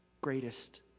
greatest